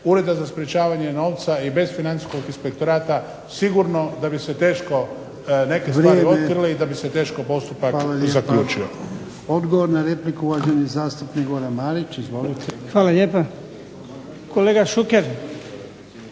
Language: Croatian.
Ureda za sprečavanje novca i bez Financijskog inspektorata sigurno da bi se teško neke stvari otkrile i da bi se teško postupak zaključio.